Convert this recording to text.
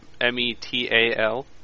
M-E-T-A-L